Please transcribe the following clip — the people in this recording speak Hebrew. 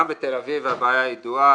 גם בתל אביב הבעיה ידועה.